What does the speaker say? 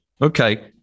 Okay